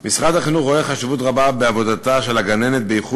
אשר הביאה לשיפור משמעותי ביותר בשכרן של הגננות.